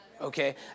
Okay